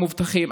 המובטחים.